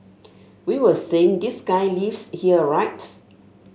we were saying this guy lives here right